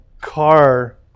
car